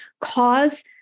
cause